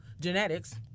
genetics